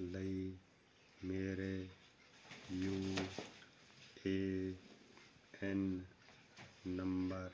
ਲਈ ਮੇਰੇ U A N number